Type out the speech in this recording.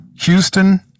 houston